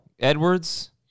Edwards